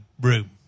room